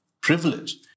privilege